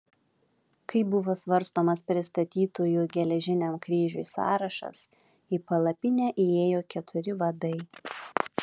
kai buvo svarstomas pristatytųjų geležiniam kryžiui sąrašas į palapinę įėjo keturi vadai